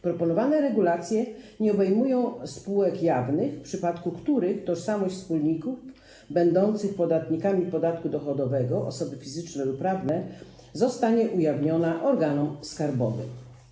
Proponowane regulacje nie obejmują spółek jawnych, w przypadku których tożsamość wspólników będących podatnikami podatku dochodowego, osób fizycznych lub prawnych, zostanie ujawniona organom skarbowym.